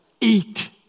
eat